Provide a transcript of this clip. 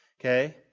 okay